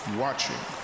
watching